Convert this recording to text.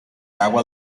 agua